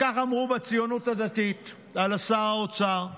כך אמרו בציונות הדתית על שר האוצר: